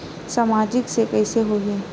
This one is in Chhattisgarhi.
सामाजिक से कइसे होही?